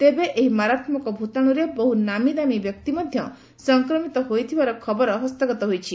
ତେବେ ଏହି ମାରାତ୍କକ ଭ୍ତାଶୁରେ ବହୁ ନାମୀଦାବୀ ବ୍ୟକ୍ତି ମଧ୍ଧ ସଂକ୍ରମିତ ହୋଇଥିବାର ଖବର ହସ୍ତଗତ ହୋଇଛି